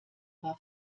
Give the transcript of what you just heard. war